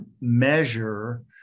measure